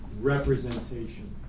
representation